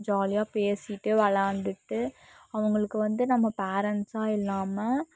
ஜாலியாக பேசிட்டு விளாண்டுட்டு அவங்களுக்கு வந்து நம்ம பேரெண்ட்ஸாக இல்லாமல்